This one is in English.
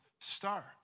Star